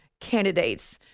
candidates